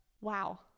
Wow